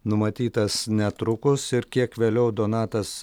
numatytas netrukus ir kiek vėliau donatas